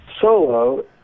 solo